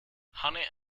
honey